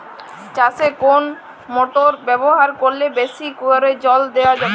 চাষে কোন মোটর ব্যবহার করলে বেশী করে জল দেওয়া যাবে?